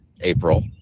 April